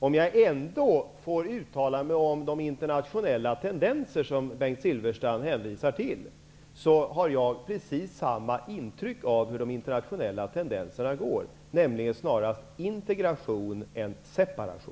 Om jag ändå får uttala mig om de internationella tendenser som Bengt Silfverstrand hänvisar till, vill jag säga att jag har precis samma intryck när det gäller den riktning i vilken dessa går, nämligen snarast mot integration än separation.